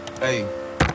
Hey